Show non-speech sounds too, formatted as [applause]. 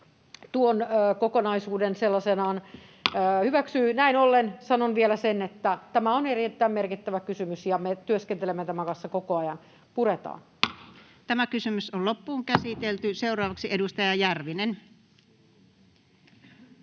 tuon kokonaisuuden sellaisenaan hyväksyy. [noise] Näin ollen sanon vielä sen, että tämä on erittäin merkittävä kysymys ja me työskentelemme tämän kanssa koko ajan: puretaan. Seuraavaksi edustaja Järvinen.